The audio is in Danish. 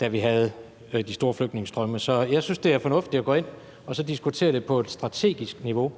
da vi havde de store flygtningestrømme. Så jeg synes, det er fornuftigt at gå ind og så diskutere det på et strategisk niveau.